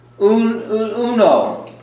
Uno